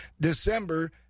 December